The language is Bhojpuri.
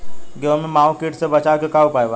गेहूँ में माहुं किट से बचाव के का उपाय बा?